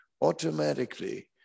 automatically